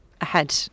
ahead